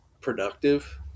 productive